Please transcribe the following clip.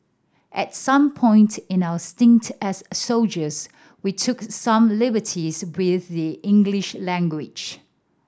at some point in our stint as soldiers we took some liberties with the English language